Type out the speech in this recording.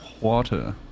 water